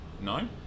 No